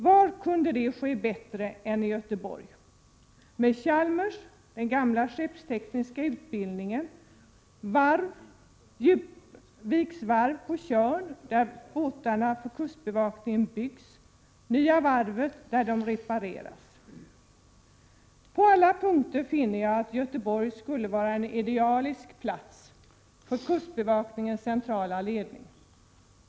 Var kunde det ske bättre än i Göteborg med Chalmers, den gamla skeppstekniska utbildningen, med Djupviksvarvet på Tjörn, där båtarna för kustbevakningen byggs, och med Nya varvet, där de repareras? På alla punkter finner jag att Göteborg skulle vara en ideal plats för kustbevakningens centrala ledning.